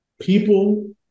people